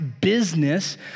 business